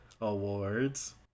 awards